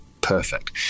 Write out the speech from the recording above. Perfect